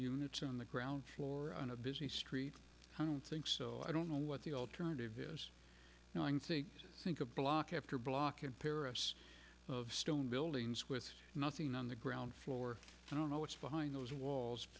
units on the ground floor on a busy street i don't think so i don't know what the alternative is knowing think think of block after block in paris of stone buildings with nothing on the ground floor i don't know what's behind those